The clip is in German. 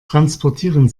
transportieren